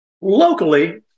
Locally